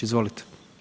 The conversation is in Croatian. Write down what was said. Izvolite.